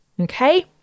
Okay